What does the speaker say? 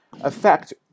affect